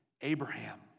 Abraham